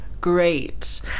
great